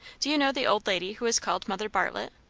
do you know the old lady who is called mother bartlett?